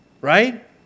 Right